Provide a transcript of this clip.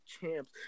champs